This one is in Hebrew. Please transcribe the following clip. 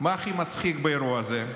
מה הכי מצחיק באירוע הזה?